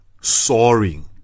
soaring